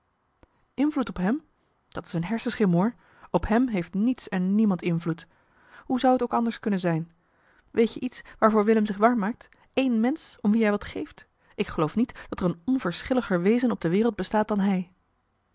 invloed op hem dat is een hersenschim hoor op hem heeft niets en niemand invloed hoe zou t ook anders kunnen zijn weet je iets waarvoor willem zich warm maakt één mensch om wie hij wat geeft ik geloof niet dat er een onverschilliger wezen op de wereld bestaat dan hij